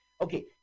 Okay